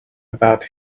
about